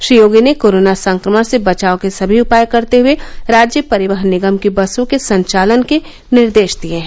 श्री योगी ने कोरोना संक्रमण से बचाव के सभी उपाय करते हुए राज्य परिवहन निगम की बसों के संचालन के निर्देश दिए हैं